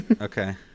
Okay